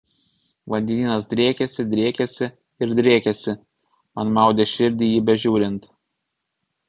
vandenynas driekėsi driekėsi ir driekėsi man maudė širdį į jį bežiūrint